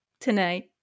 tonight